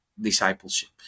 discipleship